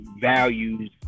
values